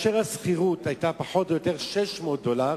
שבו השכירות היתה פחות או יותר 600 דולר,